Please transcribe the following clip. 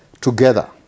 together